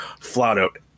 flat-out